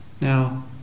Now